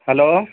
hello